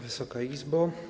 Wysoka Izbo!